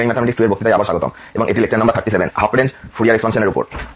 এবং এটি lecture number 37 half range Fourier expansion এর উপর